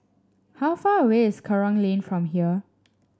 how far away is Kerong Lane from here